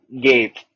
gate